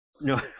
No